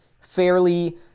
fairly